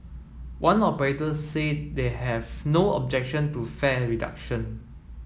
one operator said they have no objection to fare reduction